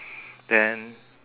then